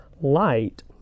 light